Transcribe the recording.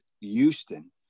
Houston